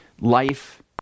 life